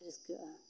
ᱨᱟᱹᱥᱠᱟᱹᱜᱼᱟ